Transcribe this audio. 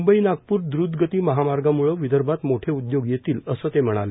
मुंबई नागपूर द्र्तगती महामार्गाम्ळं विदर्भात मोठे उद्योग येतील असं ते म्हणाले